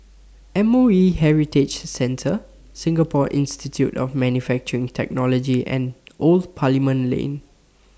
M O E Heritage Centre Singapore Institute of Manufacturing Technology and Old Parliament Lane